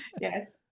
Yes